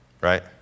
right